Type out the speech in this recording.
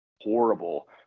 horrible